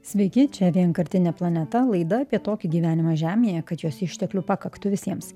sveiki čia vienkartinė planeta laida apie tokį gyvenimą žemėje kad jos išteklių pakaktų visiems